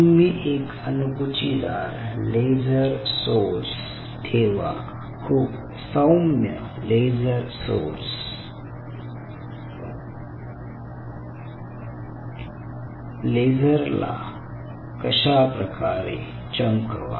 तुम्ही एक अनुकुचीदार लेझर सोर्स ठेवा खूप सौम्य लेझर सोर्स लेझरला कशा प्रकारे चमकवा